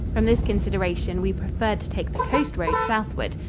from this consideration, we preferred to take the coast road southward,